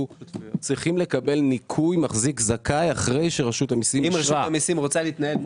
אני מבקש שתגידי מהם הנושאים שתיקנת.